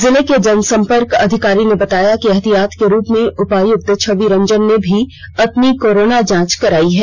जिले के जनसम्पर्क अधिकारी ने बताया कि एहतियात के रूप में उपायुक्त छवि रंजन ने भी अपनी कोरोना जांच कराई है